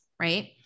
right